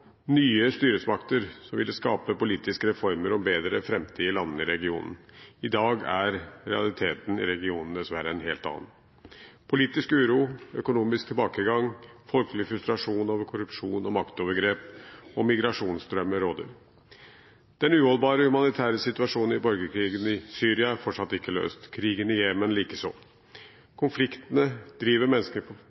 nye styresmakter som ville skape politiske reformer om bedre framtid i landene i regionen. I dag er realiteten i regionen dessverre en helt annen. Politisk uro, økonomisk tilbakegang, folkelig frustrasjon over korrupsjon og maktovergrep og migrasjonsstrømmer råder. Den uholdbare humanitære situasjonen i borgerkrigen i Syria er fortsatt ikke løst, krigen i Jemen likeså. Konfliktene driver mennesker